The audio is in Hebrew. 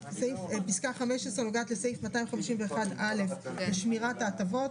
פסקה (15) נוגעת לסעיף 251א בעמוד 6 לשמירת ההטבות.